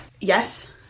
Yes